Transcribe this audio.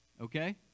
Okay